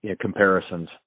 comparisons